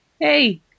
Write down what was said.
hey